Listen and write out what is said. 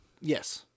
yes